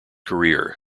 career